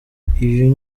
uyu